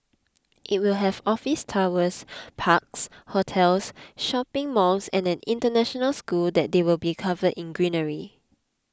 it will have office towers parks hotels shopping malls and an international school that they will be covered in greenery